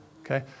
Okay